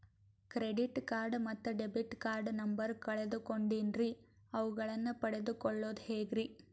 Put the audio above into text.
Credit card ಮತ್ತು debit card number ಕಳೆದುಕೊಂಡಿನ್ರಿ ಅವುಗಳನ್ನ ಪಡೆದು ಕೊಳ್ಳೋದು ಹೇಗ್ರಿ?